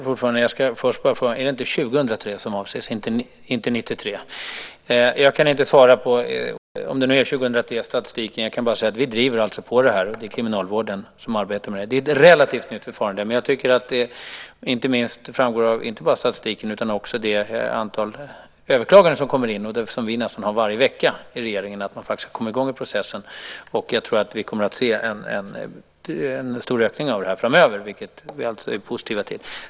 Fru talman! Det måste vara 2003 och inte 1993 som Lars Elinderson avser. Om det är 2003 som avses kan jag inte svara på frågan om statistiken. Jag kan bara säga att vi driver på detta och att det är kriminalvården som arbetar med det. Det är ett relativt nytt förfarande. Men jag tycker att det framgår inte bara av statistiken utan av det antal överklaganden som kommer in, och som vi i regeringen har nästan varje vecka, att man faktiskt har kommit i gång i processen. Och jag tror att vi kommer att se en stor ökning av detta framöver, vilket vi alltså är positiva till.